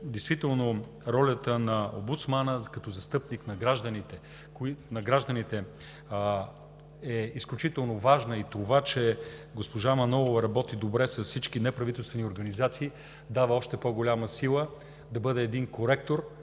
действително ролята на омбудсмана като застъпник на гражданите е изключително важна и това, че госпожа Манолова работи добре с всички неправителствени организации, дава още по-голяма сила да бъде един коректор,